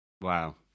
Wow